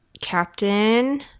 Captain